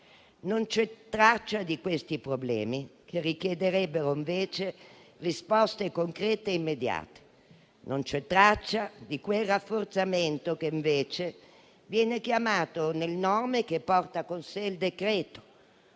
Non c'è traccia di questi problemi, che richiederebbero invece risposte concrete e immediate. Non c'è traccia di quel rafforzamento che viene richiamato nel nome che porta con sé questo